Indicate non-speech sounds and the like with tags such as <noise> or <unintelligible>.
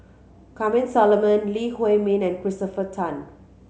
<unintelligible> Solomon Lee Huei Min and Christopher Tan